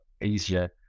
Asia